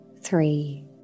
three